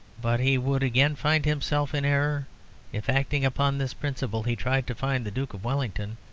but he would again find himself in error if, acting upon this principle, he tried to find the duke of wellington,